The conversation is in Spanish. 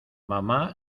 mamá